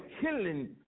killing